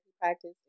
practice